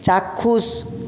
চাক্ষুষ